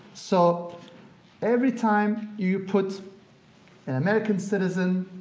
so every time you put an american citizen,